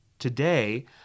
Today